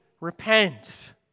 Repent